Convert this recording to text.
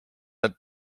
nad